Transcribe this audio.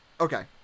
Okay